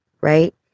right